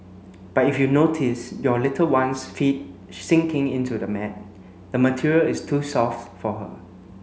but if you notice your little one's feet sinking into the mat the material is too soft for her